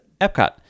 Epcot